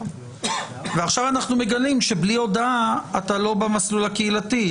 עכשיו אנחנו מגלים שבלי הודאה אתה לא במסלול הקהילתי.